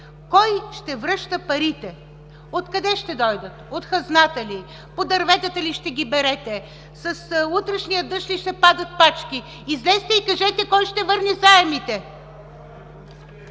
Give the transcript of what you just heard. кой ще връща парите. Откъде ще дойдат – от хазната ли, по дърветата ли ще ги берете, с утрешния ли дъжд ще падат пачки? Излезте и кажете кой ще върне заемите!